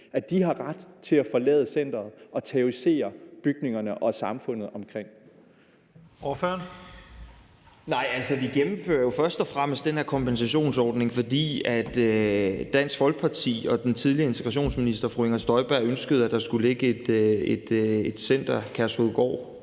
11:46 Første næstformand (Leif Lahn Jensen): Ordføreren. Kl. 11:46 Frederik Vad (S): Altså, vi gennemfører jo først og fremmest den her kompensationsordning, fordi Dansk Folkeparti og den tidligere integrationsminister, fru Inger Støjberg, ønskede, at der skulle ligge et center, Kærshovedgård,